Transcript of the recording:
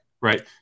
right